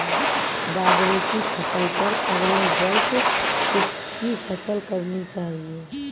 बाजरे की फसल पर अगले वर्ष किसकी फसल करनी चाहिए?